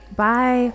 Bye